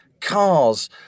cars